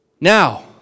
Now